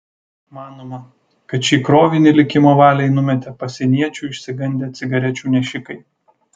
manoma kad šį krovinį likimo valiai numetė pasieniečių išsigandę cigarečių nešikai